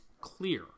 clear